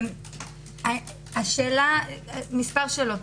מספר שאלות.